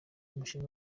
umushinga